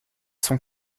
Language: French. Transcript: sont